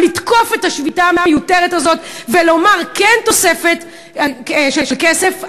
לתקוף את השביתה המיותרת הזאת ולומר: כן תוספת של כסף,